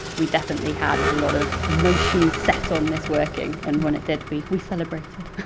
we definitely had a lot of emotions set on this working, and when it did we we celebrated.